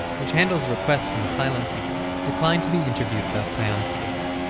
which handles requests from asylum seekers, declined to be interviewed about payam's case.